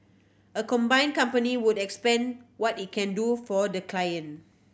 a combined company would expand what it can do for the client